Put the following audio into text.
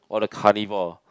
all the carnival